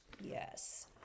Yes